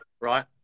right